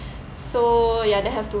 so ya they have to